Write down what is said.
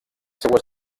seues